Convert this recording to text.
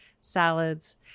salads